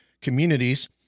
communities